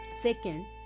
Second